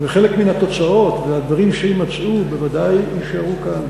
וחלק מהתוצאות והדברים שיימצאו בוודאי יישארו כאן